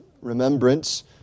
remembrance